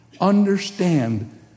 understand